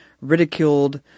ridiculed